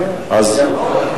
התשע"א 2011, לוועדת